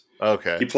Okay